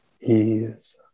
ease